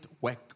work